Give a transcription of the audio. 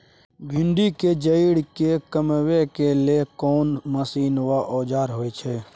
भिंडी के जईर के कमबै के लेल कोन मसीन व औजार होय छै?